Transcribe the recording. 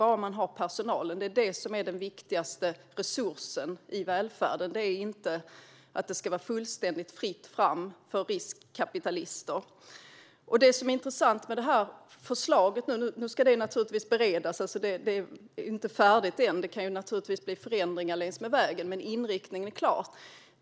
Det är ju personalen som är den viktigaste resursen i välfärden och inte att det ska vara fullständigt fritt fram för riskkapitalister. Det förslag som finns ska naturligtvis beredas. Det är inte färdigt ännu. Det kan naturligtvis bli förändringar längs vägen, men inriktningen är klar.